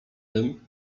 tym